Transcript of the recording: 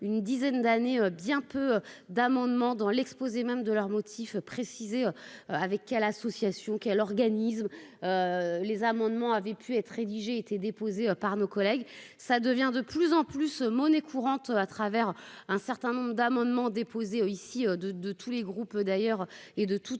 une dizaine d'années, bien peu d'amendements dans l'exposé même de leur motif précisé avec quelle association qui est l'organisme les amendements avaient pu être rédigé été déposée par nos collègues, ça devient de plus en plus monnaie courante à travers un certain nombre d'amendements déposés ici de de tous les groupes d'ailleurs et de toutes